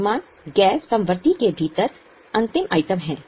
वर्तमान गैर समवर्ती के भीतर अंतिम आइटम है